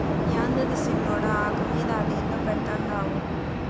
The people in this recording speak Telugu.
యాందది సిన్నోడా, ఆకు మీద అదేందో పెడ్తండావు